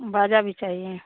बाजा भी चाहिए